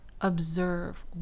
observe